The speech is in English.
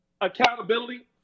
accountability